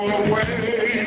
away